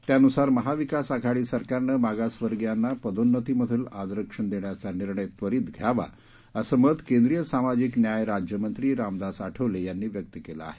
त्यानुसार महाविकास आघाडी सरकार ने मागासवर्गीयांना पदोन्नतीमधील आरक्षण देण्याचा निर्णय त्वरित घ्यावा असं मत केंद्रिय सामाजिक न्याय राज्यमंत्री रामदास आठवले यांनी व्यक्त केलं आहे